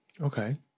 Okay